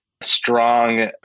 strong